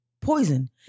poison